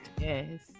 Yes